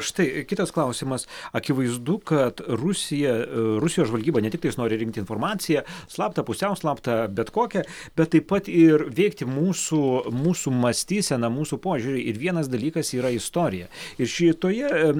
štai kitas klausimas akivaizdu kad rusija rusijos žvalgyba ne tiktais nori rinkti informaciją slaptą pusiau slaptą bet kokią bet taip pat ir veikti mūsų mūsų mąstyseną mūsų požiūrį ir vienas dalykas yra istorija ir šitoje